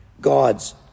God's